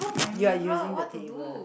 you're using the table